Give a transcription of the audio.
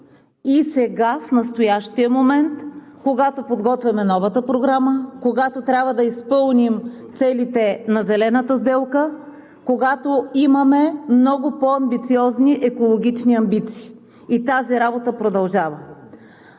и сега, в настоящия момент, когато подготвяме новата програма, когато трябва да изпълним целите на зелената сделка, когато имаме много по-амбициозни екологични амбиции, и тази работа продължава.